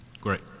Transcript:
Great